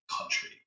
country